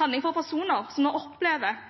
handling for personer som nå opplever